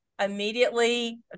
immediately